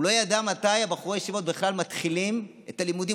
הוא לא ידע מתי בחורי הישיבות בכלל מתחילים את הלימודים.